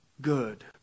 good